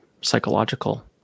psychological